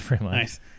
Nice